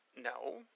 No